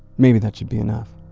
maybe that should be enough